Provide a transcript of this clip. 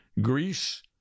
Greece